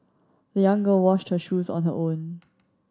the young girl washed her shoes on her own